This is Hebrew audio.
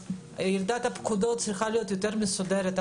ירידת הפקודות צריכה להיות יותר מסודרת.